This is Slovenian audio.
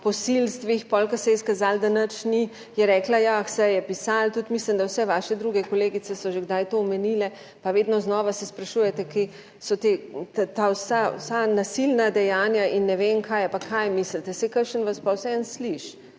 posilstvih, pol, ko se je izkazalo, da nič ni, je rekla, ja, saj je pisalo tudi mislim, da vse vaše druge kolegice so že kdaj to omenile. Pa vedno znova se sprašujete, kje so ta vsa nasilna dejanja in ne vem kaj. Ja, pa kaj mislite, saj kakšen vas pa vseeno sliši,